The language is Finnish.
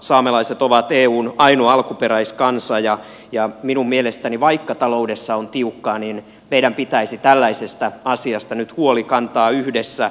saamelaiset ovat eun ainoa alkuperäiskansa ja minun mielestäni vaikka taloudessa on tiukkaa niin meidän pitäisi tällaisesta asiasta nyt huoli kantaa yhdessä